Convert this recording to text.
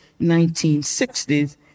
1960s